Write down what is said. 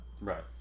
Right